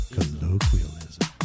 Colloquialism